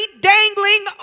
dangling